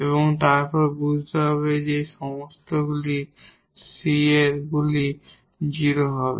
এবং তারপর বুঝতে হবে যে এই সমস্ত c গুলি 0 হবে